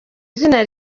izina